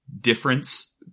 difference